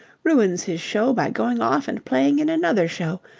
ruins his show by going off and playing in another show.